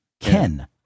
Ken